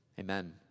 Amen